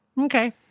Okay